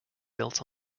built